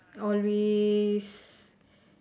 always